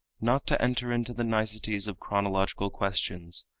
not to enter into the niceties of chronological questions,